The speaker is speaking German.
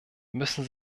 müssen